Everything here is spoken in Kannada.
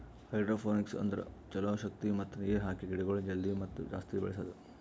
ಹೈಡ್ರೋಪೋನಿಕ್ಸ್ ಅಂದುರ್ ಛಲೋ ಶಕ್ತಿ ಮತ್ತ ನೀರ್ ಹಾಕಿ ಗಿಡಗೊಳ್ ಜಲ್ದಿ ಮತ್ತ ಜಾಸ್ತಿ ಬೆಳೆಸದು